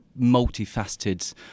multifaceted